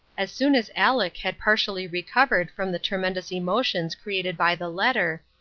as soon as aleck had partially recovered from the tremendous emotions created by the letter,